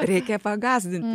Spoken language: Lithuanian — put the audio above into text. reikia pagąsdinti